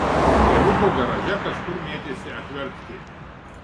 tėvuko garaže kažkur mėtėsi atviortkė